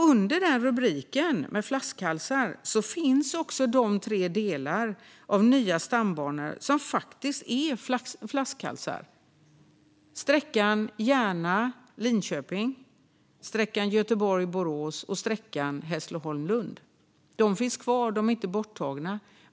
Under rubriken om flaskhalsar finns också de tre delar av nya stambanor som faktiskt är flaskhalsar - sträckan Järna-Linköping, sträckan Göteborg-Borås och sträckan Hässleholm-Lund. Dessa flaskhalsar finns kvar. De är inte borttagna.